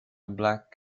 black